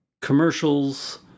Commercials